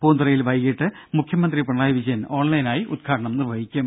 പൂന്തുറയിൽ വൈകിട്ട് മുഖ്യമന്ത്രി പിണറായി വിജയൻ ഓൺലൈനായി ഉദ്ഘാടനം നിർവഹിക്കും